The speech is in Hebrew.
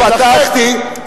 פתחתי,